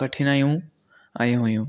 कठिनाइयूं आहियूं हुयूं